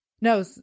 no